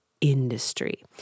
Industry